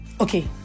okay